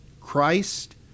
Christ